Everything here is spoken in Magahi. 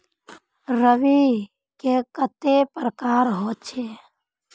रवि के कते प्रकार होचे?